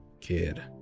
kid